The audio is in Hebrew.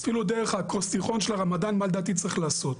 אפילו דרך האקרוסטיכון של הרמדאן מה לדעתי צריך לעשות.